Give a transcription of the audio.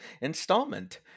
installment